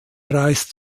reist